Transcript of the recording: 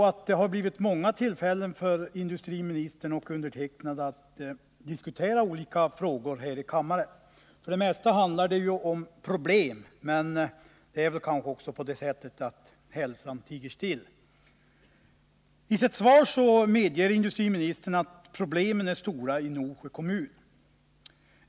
Fru talman! Industriministern och jag har ju haft många tillfällen att diskutera olika frågor här i kammaren. För det mesta handlar det ju om problem, och det är kanske också naturligt — det brukar ju sägas att hälsan tiger still. I sitt svar medger industriministern att problemen i Norsjö kommun är stora.